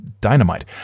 Dynamite